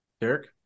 Derek